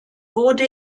wurde